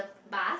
bus